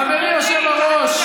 חברי היושב-ראש,